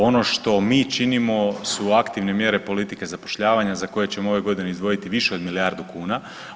Ono što mi činimo su aktivne mjere politike zapošljavanja za koje ćemo ove godine izdvojiti više od milijardu kuna.